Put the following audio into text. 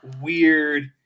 weird